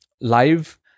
live